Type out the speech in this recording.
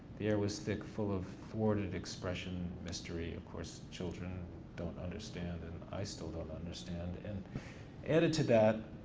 the air was thick full of thwarted expression, mystery, of course, children don't understand and i still don't understand. and added to that,